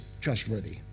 trustworthy